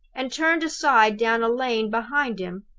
and turned aside down a lane behind him,